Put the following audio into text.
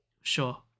sure